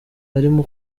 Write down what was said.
yarimo